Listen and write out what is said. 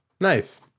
Nice